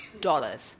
dollars